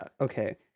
okay